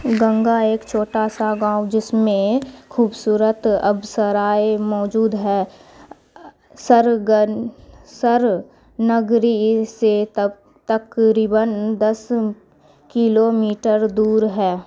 گنگا ایک چھوٹا سا گاؤں جس میں خوبصورت ابسرائے موجود ہے سر سر نگری سے تقریباً دس کلومیٹر دور ہے